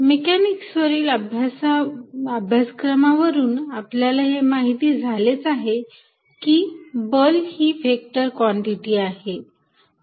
mechanics वरील अभ्यास क्रमावरून आपल्याला हे माहिती झालेच आहे की बल ही वेक्टर कॉन्टिटी आहे